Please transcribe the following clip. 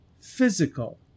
physical